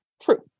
true